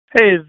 Hey